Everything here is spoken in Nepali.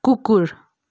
कुकुर